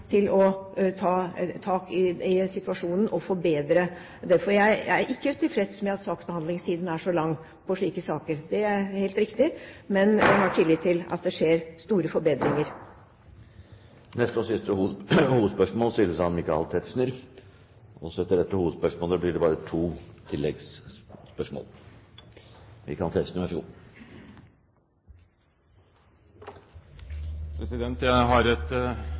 til å ta tak i situasjonen og forbedre det. Jeg er ikke tilfreds med at saksbehandlingstiden er så lang i slike saker, det er helt riktig, men jeg har tillit til at det skjer store forbedringer. Da går vi til neste og siste hovedspørsmål. Jeg har et spørsmål til statsråd Aasrud i hennes kapasitet som fagstatsråd for offentlig effektivisering. Statsrådens nærmeste politiske medarbeider, statssekretær Ravlum, holdt i forrige uke et